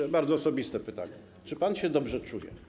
Zadam bardzo osobiste pytanie: Czy pan się dobrze czuje?